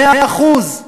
מאה אחוז.